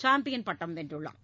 champion பட்டம் வென்றுள்ளார்